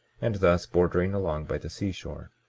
and thus bordering along by the seashore.